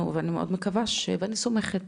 אני מאוד מקווה, ואני סומכת